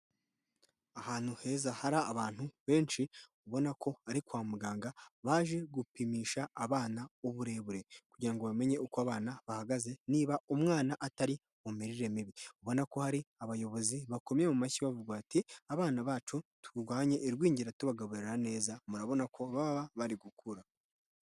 Ahantu heza hari abantu benshi ubona ko bari kwa muganga baje gupimisha abana uburebure kugira ngo bamenye uko abana bahagaze niba umwana atari mu mirire mibi. Ubona ko hari abayobozi bakomye mu mashyi bavuga bati: "abana bacu turwanye irwingira tubagaburira neza, murabona ko baba bari gukura.